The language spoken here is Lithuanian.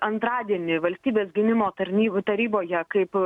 antradienį valstybės gynimo tarny taryboje kaip